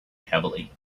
heavily